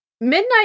Midnight